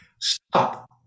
stop